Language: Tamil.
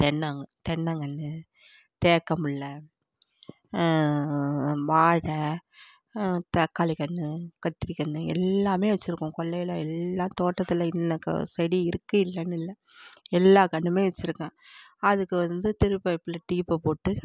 தென்ன தென்னங்கன்று தேக்கம்பிள்ளை வாழை தக்காளி கன்று கத்திரி கன்று எல்லாமே வச்சுருக்கோம் கொல்லையில் எல்லா தோட்டத்தில் இன்னி செடி இருக்குது இல்லைனு இல்லை எல்லா கன்றுமே வச்சுருக்கேன் அதுக்கு வந்து திருபைப்பில் டீப்பைப் போட்டு